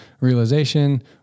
realization